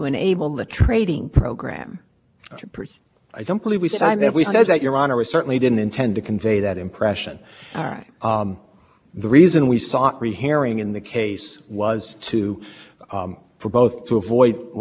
avoid what we saw as both economic and environmental problems that would result from fake a tree of care environmental problems because while care was flawed it did achieve substantial reductions in admissions and economic